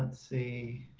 see.